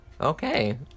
Okay